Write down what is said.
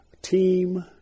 Team